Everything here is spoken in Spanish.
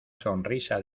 sonrisa